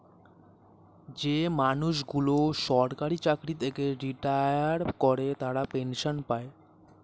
যে মানুষগুলো সরকারি চাকরি থেকে রিটায়ার করে তারা পেনসন পায়